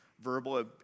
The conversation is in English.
verbal